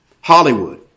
Hollywood